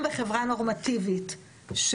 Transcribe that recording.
בחברה נורמטיבית,